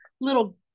little